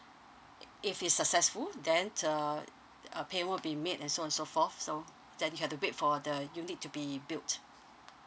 if is successful then uh a payment will be made and so on so forth so then you have to wait for the unit to be built